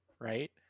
Right